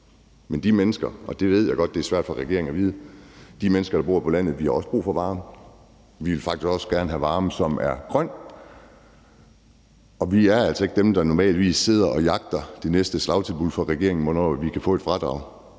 bor på landet – og det ved jeg godt er svært for regeringen at vide – har også brug for varme. Vi vil faktisk også gerne have varme, som er grøn, og vi er altså ikke dem, der normalvis jagter det næste slagtilbud fra regeringen, i forhold til hvornår vi kan få et fradrag.